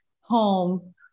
home